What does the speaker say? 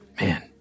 Man